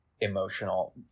emotional